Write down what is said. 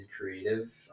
creative